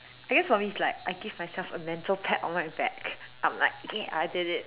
I guess for me it's like I give myself a mental pat on my back I'm like ya I did it